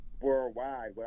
worldwide